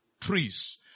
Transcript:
trees